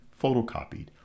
photocopied